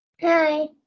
Hi